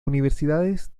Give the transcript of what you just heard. universidades